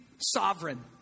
sovereign